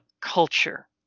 culture